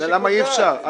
למה אי אפשר?